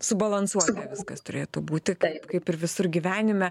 subalansuota viskas turėtų būti taip kaip ir visur gyvenime